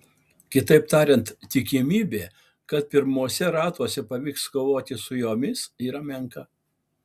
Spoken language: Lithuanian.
kitaip tariant tikimybė kad pirmuose ratuose pavyks kovoti su jomis yra menka